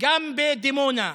גם בדימונה,